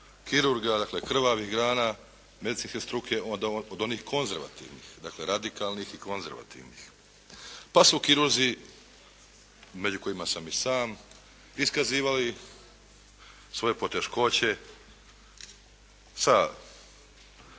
kirurga, dakle krvavih grana, medicinske struke od onih konzervativnih, dakle radikalnih i konzervativnih, pa su kirurzi, među kojima sam i sam iskazivali svoje poteškoće sa